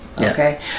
Okay